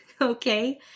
okay